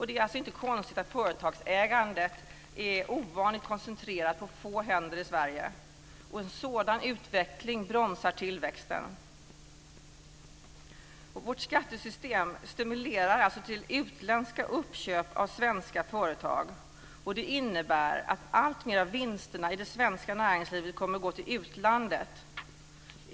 Det är alltså inte konstigt att företagsägandet är ovanligt koncentrerat på få händer i Sverige, och en sådan utveckling bromsar tillväxten. Vårt skattesystem stimulerar alltså till utländska uppköp av svenska företag, och det innebär att alltmer av vinsterna i det svenska näringslivet kommer att gå till utlandet.